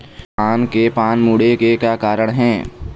धान के पान मुड़े के कारण का हे?